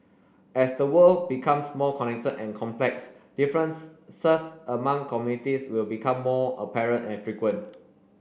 as the world becomes more connected and complex difference among communities will become more apparent and frequent